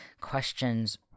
questions